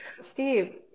Steve